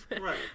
Right